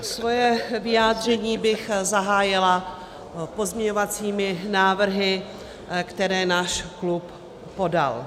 Své vyjádření bych zahájila pozměňovacími návrhy, které náš klub podal.